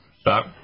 stop